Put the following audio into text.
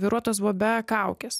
vairuotojas buvo be kaukės